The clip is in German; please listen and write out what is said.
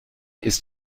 ist